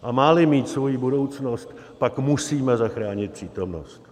A máli mít svoji budoucnost, pak musíme zachránit přítomnost.